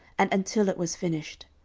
and until it was finished.